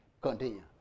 Continue